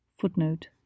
Footnote